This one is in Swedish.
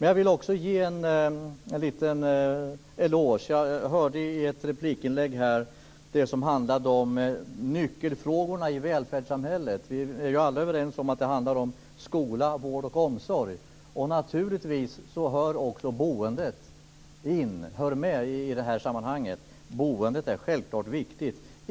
Jag vill ge en liten eloge för ett replikinlägg som handlade om nyckelfrågorna i välfärdssamhället. Vi är alla överens om att det handlar om skola, vård och omsorg, men naturligtvis hör också boendet dit. Boendet är självklart viktigt.